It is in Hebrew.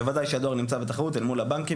בוודאי שהדואר נמצא בתחרות אל מול הבנקים